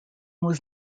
was